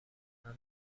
اما